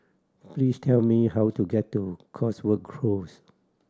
please tell me how to get to Cotswold Close